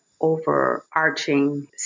overarching